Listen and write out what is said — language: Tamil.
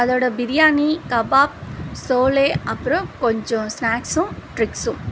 அதோடு பிரியாணி கபாப் சோலே அப்புறம் கொஞ்சம் ஸ்நாக்ஸ்ஸும் ட்ரிங்ஸ்ஸும்